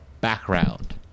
background